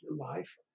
life